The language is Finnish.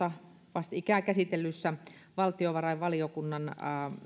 vastikään käsitellyn valtiovarainvaliokunnan